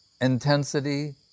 intensity